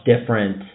different